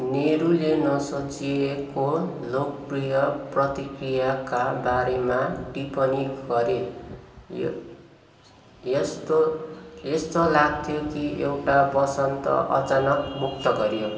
नेहरूले नसोचिएको लोकप्रिय प्रतिक्रियाका बारेमा टिप्पणी गरे यस यस्तो यस्तो लाग्थ्यो कि एउटा वसन्त अचानक मुक्त गरियो